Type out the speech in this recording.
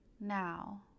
now